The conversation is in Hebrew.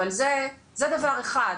אבל זה דבר אחד.